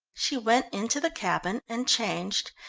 she went into the cabin and changed,